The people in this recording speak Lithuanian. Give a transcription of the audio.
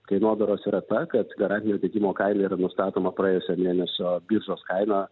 kainodaros yra ta kad garantinio tiekimo kaina yra nustatoma praėjusio mėnesio biržos kaina